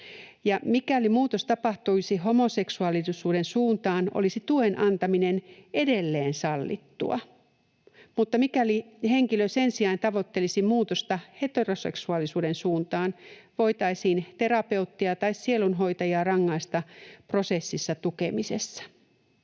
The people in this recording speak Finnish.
mikäli muutos tapahtuisi homoseksuaalisuuden suuntaan, olisi tuen antaminen edelleen sallittua, mutta mikäli henkilö sen sijaan tavoittelisi muutosta heteroseksuaalisuuden suuntaan, voitaisiin terapeuttia tai sielunhoitajaa rangaista prosessissa tukemisesta.